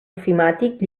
ofimàtic